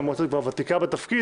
למרות שאת כבר ותיקה בתפקיד,